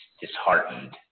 disheartened